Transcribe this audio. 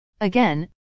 Again